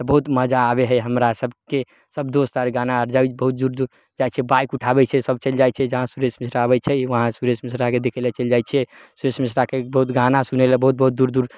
तऽ बहुत मजा आबै हइ हमरा सबके सब दोस्त आर गाना आर बहुत दूर दूर जाइ छियै बाइक उठाबै छियै सब चलि जाइ छियै जहाँ सुरेश मिश्रा आबय छै वहाँ सुरेश मिश्रा के देखे ला चइल जाइ छिअय सुरेश मिश्राके बहुत गाना सुनै लए बहुत बहुत दूर दूर